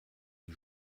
die